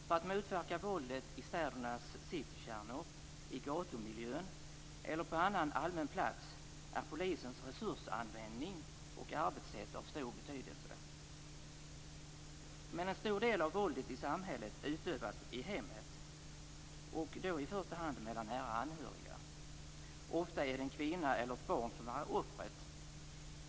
För att motverka våldet i städernas citykärnor, i gatumiljön eller på annan allmän plats är polisens resursanvändning och arbetssätt av stor betydelse. Men en stor del av våldet i samhället utövas i hemmet, och då i första hand mellan nära anhöriga. Ofta är det en kvinna eller ett barn som är offret.